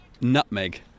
nutmeg